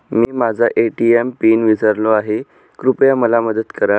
मी माझा ATM PIN विसरलो आहे, कृपया मला मदत करा